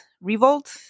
Revolt